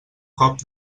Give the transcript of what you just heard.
cop